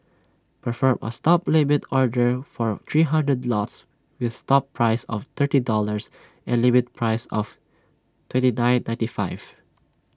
perform A stop limit order for three hundred lots with stop price of thirty dollars and limit price of twenty nine ninety five